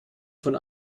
von